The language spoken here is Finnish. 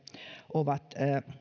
ovat